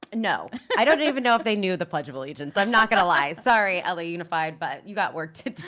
and no. i don't even know if they knew the pledge of allegiance, i'm not gonna lie. sorry, la unified, but you got work to to